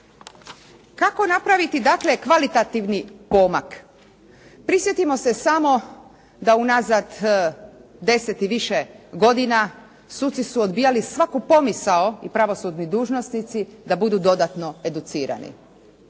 Kako napraviti dakle kvalitativni pomak? Prisjetimo se samo da unazad 10 i više godina suci su odbijali svaku pomisao i pravosudni dužnosnici da budu dodatno educirani.